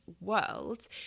world